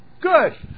Good